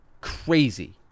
crazy